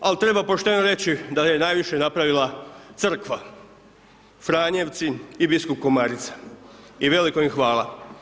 Ali treba poštovano reći da je najviše napravila crkva, franjevci i biskup Komarica i veliko im hvala.